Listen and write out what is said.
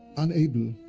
unable